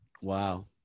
wow